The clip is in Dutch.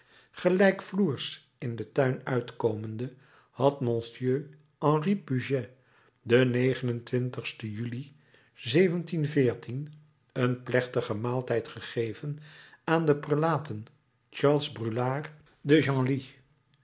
gelijkvloers in den tuin uitkomende had monseigneur henri puget den juli een plechtigen maaltijd gegeven aan de prelaten charles brûlart de